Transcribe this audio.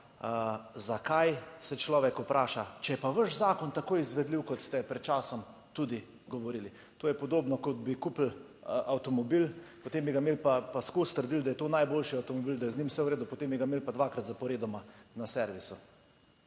Zakaj se človek vpraša, če je pa vaš zakon tako izvedljiv kot ste pred časom tudi govorili. To je podobno, kot bi kupili avtomobil, potem bi ga imeli, pa skozi trdili, da je to najboljši avtomobil, da je z njim vse v redu, potem bi ga imeli pa dvakrat zaporedoma na servisu.